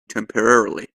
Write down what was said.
temporarily